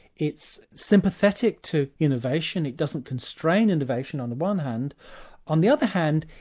it's sympathetic to innovation, it doesn't constrain innovation on the one hand on the other hand,